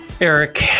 Eric